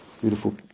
Beautiful